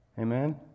Amen